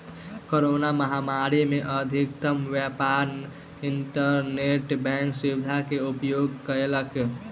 corona महामारी में अधिकतम व्यापार इंटरनेट बैंक सुविधा के उपयोग कयलक